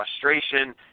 frustration